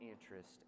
interest